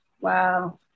Wow